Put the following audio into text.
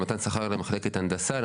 למתן שכר למחלקת הנדסה.